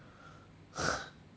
okay